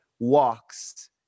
Walks